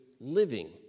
living